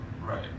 Right